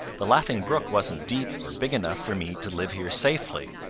the laughing brook wasn't deep or big enough for me to live here safely.